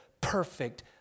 perfect